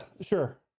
Sure